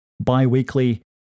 bi-weekly